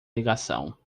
ligação